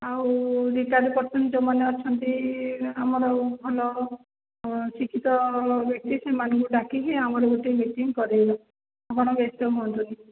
ଆଉ ଦୁଇ ଚାରି ପରସେଣ୍ଟ ଯେଉଁମାନେ ଅଛନ୍ତି ଆମର ଭଲ ଶିକ୍ଷିତ ଲେଡ଼ିସ୍ମାନଙ୍କୁ ଡାକିକି ଆମର ଗୋଟେ ମିଟିଙ୍ଗ୍ କରାଇବା ଆପଣ ବ୍ୟସ୍ତ ହୁଅନ୍ତୁନି